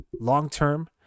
long-term